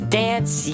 dance